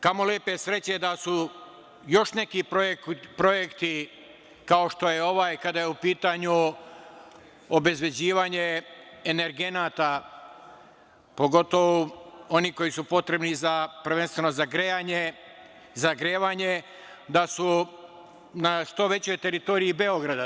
Kamo lepe sreće da su još neki projekti, kao što je ovaj, kada je u pitanju obezbeđivanje energenata, pogotovo onih koji su potrebni prvenstveno za grejanje, za zagrevanje da su na što većoj teritoriji Beograda.